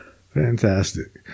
Fantastic